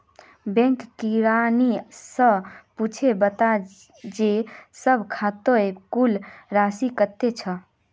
bank किरानी स पूछे बता जे सब खातौत कुल राशि कत्ते छ